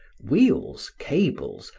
wheels, cables,